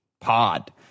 pod